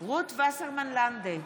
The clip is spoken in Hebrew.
רות וסרמן לנדה,